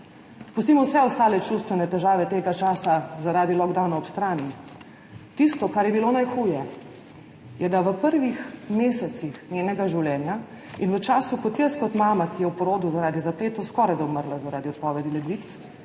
strani vse ostale čustvene težave tega časa zaradi lockdowna, tisto, kar je bilo najhuje, je to, da je v prvih mesecih njenega življenja in v tistem času jaz kot mama, ki je v porodu zaradi zapletov skorajda umrla zaradi odpovedi ledvic,